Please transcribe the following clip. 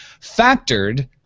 factored